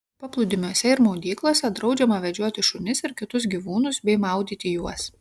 paplūdimiuose ir maudyklose draudžiama vedžioti šunis ir kitus gyvūnus bei maudyti juos